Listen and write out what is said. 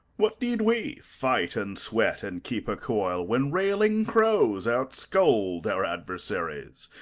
what need we fight, and sweat, and keep a coil, when railing crows outscold our adversaries?